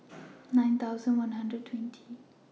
nine thousand one hundred twenty